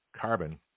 Carbon